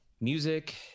music